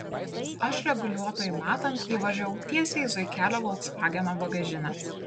aš reguliuotojui matant įvažiavau tiesiai į zuikelio folksvageno bagažinę